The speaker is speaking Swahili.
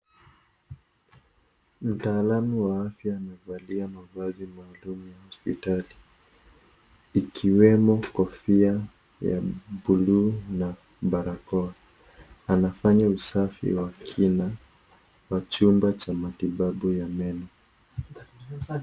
Mtaalam wa afya amevalia mavazi maalum ya hospitali, ikiwemo kofia ya buluu na barakoa. Anafanya usafi wa kina, wa chumba cha matibabu ya meno.